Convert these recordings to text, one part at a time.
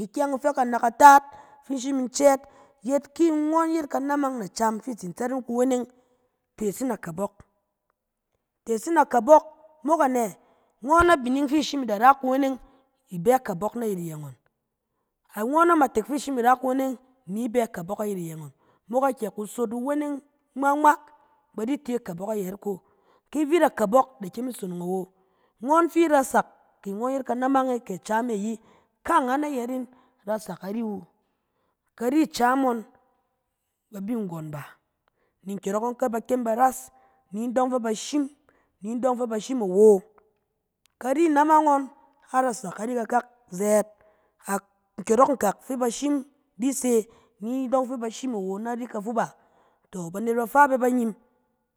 Ikyɛng ifɛ kanakataat, fi in shim in cɛɛt yet, ki ngɔn yet kanamang na acam fɛ i tsi tsɛt yin kuweneng, tes yin akabɔk. Tes yin akabɔk, mok anɛ? Ngɔn abining fi ishim da ra kuweneng i bɛ akabɔk ayɛt iyɛ ngɔn. Ngɔn amatek fi ishim i ra kuweneng ni bɛ akabɔk ayɛt iyɛ ngɔn, mok anɛ? Kusot iweneng ngma ngma ba di te akabɔk ayɛt ko. Ki vit akabɔk, i da kyem i sonong awo, ngɔn fi irasak, kɛ ngɔn yet kanamang e kɛ cam e ayi, kaangan ayɛt 'in, a rasak ari wu. Kari cam ngɔn ba bi nggɔn bà, ni kuri nkyɔrɔk ɔng fɛ ba kyem ba ras, ni idɔng fɛ ba shim, ni idɔng fɛ ba shim awo. Kari namang ngɔn, ka rasak ari kakak zɛɛt, a-nkyɔrɔk nkak fɛ ba shim di se, ni idɔng fɛ ba shim awo nari kafuu bà. Tɔ! Banet bafa bɛ ba nyim,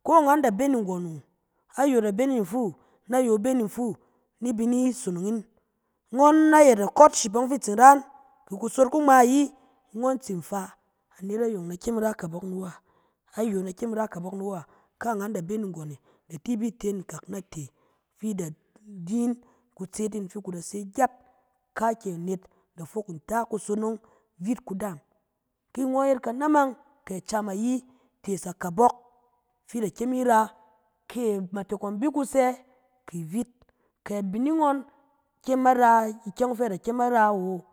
koangan da bɛ ni nggɔn wu, ayong da bɛ ni fuu, na yong bɛ ni fuu, ni bi ni sonong 'in. Ngɔn nayɛt acotship ɔng fi i tsin ra yin, kɛ kusot ku ngma ayi, ngɔn tsin fa anet ayong na kyem in ra kabɔk ni wu a? Ayong na kyem in ra kabɔk ni wu a? Kaangan da bɛ ni nggɔn e, da fi i bi te yin nkak nate, fi i da di yin kutsɛt 'in fi ku da se gyat. Kaakyɛ net da fok nta kusonong, vit kudaam. Ki ngɔn yet kanamang kɛ cam ayi, tees akabɔk fi i da kyem i ra, kɛ amatek ngɔn bi kusɛ kɛ vit, kɛ abiniing ngɔn kyem a ra, ikyɛng fɛ a da kyem a ra wo